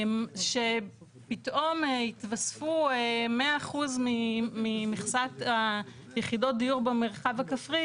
שפתאום התווספו מאה אחוז ממכסת יחידות דיור במרחב הכפרי,